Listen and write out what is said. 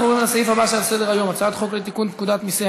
אנחנו עוברים לסעיף הבא שעל סדר-היום: הצעת חוק לתיקון פקודת מסי